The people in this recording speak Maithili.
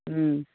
हूँ